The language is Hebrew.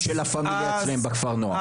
רכיבים של לה פמיליה אצלם בכפר הנוער.